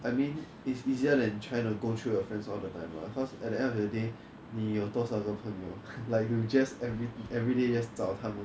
I mean it's easier than trying to go through your friends all the time lah because at the end of the day 你有多少个朋友 like you just every everyday just 找他们